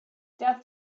death